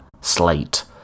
Slate